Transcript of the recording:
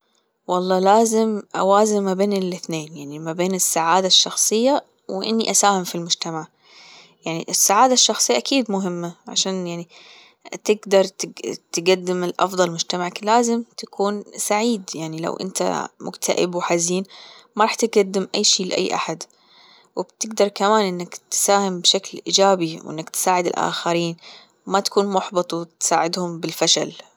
والله لازم أوزان ما بين الاثنين يعني ما بين السعادة الشخصية وإني أساهم في المجتمع يعني السعادة الشخصية أكيد مهمة عشان يعني تجدر تجدم الأفضل لمجتمعك لازم تكون سعيد يعني لو أنت مكتئب وحزين ما راح تجدم أي شي لأي أحد وبتجدر كمان إنك تساهم بشكل إيجابي وإنك تساعد الآخرين ما تكون محبط وتساعدهم بالفشل.